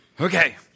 Okay